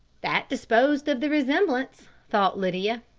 that disposed of the resemblance, thought lydia,